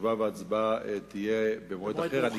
תשובה והצבעה יהיו במועד אחר.